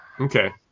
okay